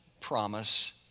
promise